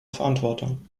verantwortung